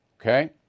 okay